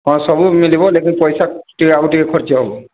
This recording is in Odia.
ହଁ ସବୁ ମିଳିବ ଲେକିନ ପଇସା ଟିକେ ଆଉ ଟିକେ ଖର୍ଚ୍ଚ ହେବ